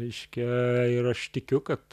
reiškia ir aš tikiu kad